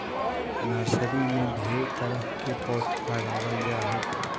nursery में ढेर तरह के पौधा लगाबल जा हइ